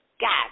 God